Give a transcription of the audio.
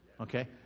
Okay